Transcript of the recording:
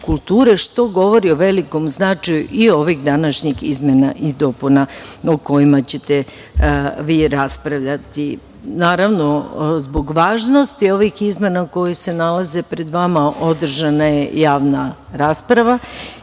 što govori o velikom značaju i ovih današnjih izmena i dopuna o kojima ćete vi raspravljati. Naravno, zbog važnosti ovih izmena koje se nalaze pred vama održana je javna rasprava